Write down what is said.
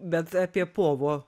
bet apie povo